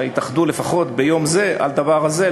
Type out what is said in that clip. יתאחדו לפחות ביום זה על הדבר הזה,